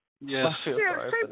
Yes